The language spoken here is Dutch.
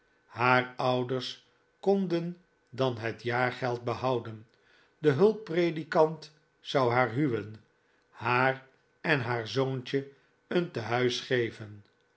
haar ouders konden dan het jaargeld behouden de hulppredikant zou haar huwen haar en haar zoontje een tehuis geven